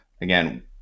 again